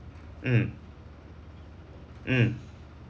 mm mm